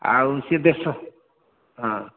ଆଉ ସେ ଦେଶ ହଁ